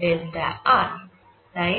তাই না